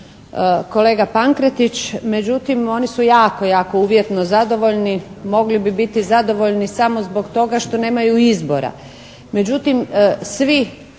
kolega Pankretić, međutim oni su jako uvjetno zadovoljni. Mogli bi biti zadovoljni samo zbog toga što nemaju izbora.